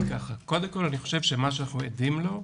קודם כל, אני חושב שמה שאנחנו עדים לו,